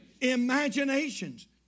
Imaginations